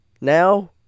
now